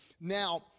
Now